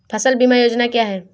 फसल बीमा योजना क्या है?